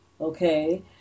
okay